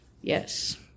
Yes